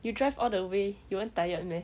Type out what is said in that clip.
you drive all the way you won't tired meh